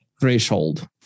threshold